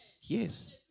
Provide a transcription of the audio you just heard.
Yes